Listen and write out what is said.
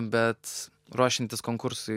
bet ruošiantis konkursui